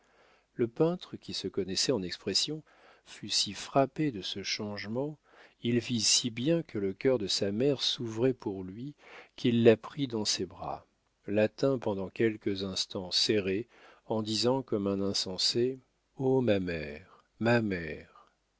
le peintre qui se connaissait en expression fut si frappé de ce changement il vit si bien que le cœur de sa mère s'ouvrait pour lui qu'il la prit dans ses bras la tint pendant quelques instants serrée en disant comme un insensé o ma mère ma mère